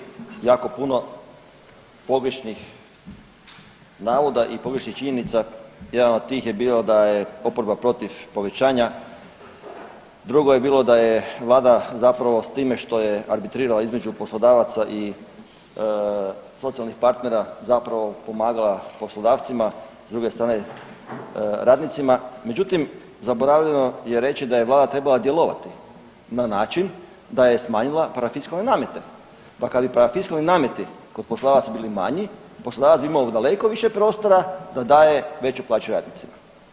Danas smo ovdje čuli jako puno pogrešnih navoda i pogrešnih činjenica, jedna od tih je bilo da je oporba protiv povećanja, drugo je bilo da je Vlada zapravo s time što je arbitrirala između poslodavaca i socijalnih partnera zapravo pomagala poslodavcima, s druge strane radnicima, međutim zaboravljeno je reći da je vlada trebala djelovati na način da je smanjila parafiskalne namete, pa kada bi parafiskalni nameti kod poslodavac bili manji, poslodavac bi imao daleko više prostora da daje veću plaću radnicima.